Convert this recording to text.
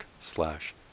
slash